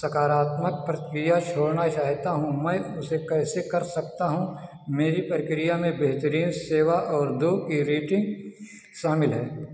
सकारात्मक प्रतिक्रिया छोड़ना चाहता हूं मैं उसे कैसे कर सकता हूँ मेरी प्रतिक्रिया में बेहतरीन सेवा और दो की रेटिंग शामिल है